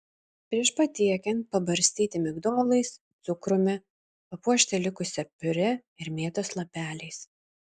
prieš patiekiant pabarstyti migdolais cukrumi papuošti likusia piurė ir mėtos lapeliais